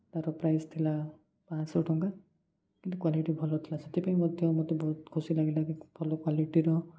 ତା'ର ପ୍ରାଇସ୍ ଥିଲା ପାଞ୍ଚଶହ ଟଙ୍କା କିନ୍ତୁ କ୍ଵାଲିଟି ଭଲ ଥିଲା ସେଥିପାଇଁ ମଧ୍ୟ ମୋତେ ବହୁତ ଖୁସି ଲାଗିଲା କି ଭଲ କ୍ୱଲିଟିର